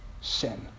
sin